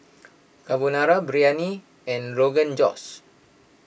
Carbonara Biryani and Rogan Josh